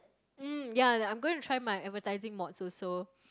um ya then I'm going to try my advertising modes also